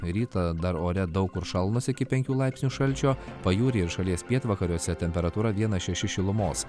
rytą dar ore daug kur šalnos iki penkių laipsnių šalčio pajūryje ir šalies pietvakariuose temperatūra vienas šeši šilumos